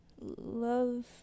love